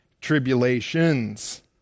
tribulations